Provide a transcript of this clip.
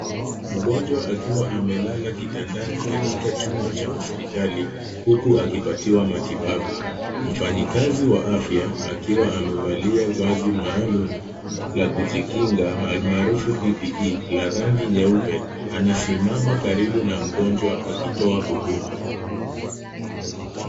Mgonjwa akiwa amelala kitandani katika chumba cha hospitali huku akipatiwa matibabu. Mfanyikazi wa afya akiwa amevalia vazi maalum la kujikinga almaarufu PPE la rangi nyeupe anasimama karibu na mgonjwa akitoa huduma.